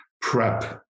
prep